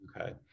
Okay